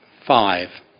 five